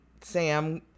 Sam